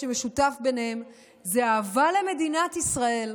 שמשותף להם זה אהבה למדינת ישראל,